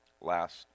last